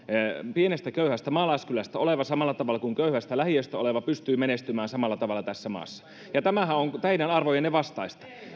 pienestä köyhästä maalaiskylästä oleva samalla tavalla kuin köyhästä lähiöstä oleva pystyy menestymään samalla tavalla tässä maassa ja tämähän on teidän arvojenne vastaista